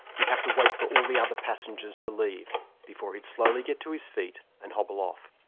he'd have to wait for all the other passengers to leave before he'd slowly get to his feet and hobble off.